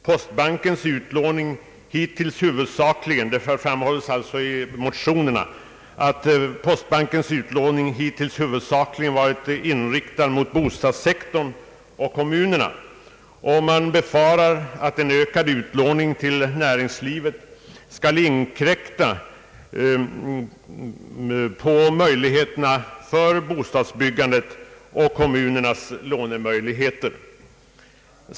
Det framhålls i motionerna att postbankens utlåning hittills huvudsakligen varit inriktad mot bostadssektorn och kommunerna, och man befarar att en ökad utlåning till näringslivet skall inkräkta på bostadsbyggandet och kommunernas lånemöjligheter.